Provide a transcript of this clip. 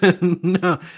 no